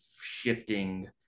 shifting